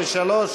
אושרה.